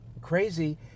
crazy